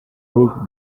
book